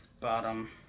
bottom